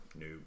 no